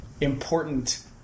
important